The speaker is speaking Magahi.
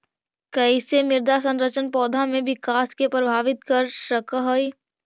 कईसे मृदा संरचना पौधा में विकास के प्रभावित कर सक हई?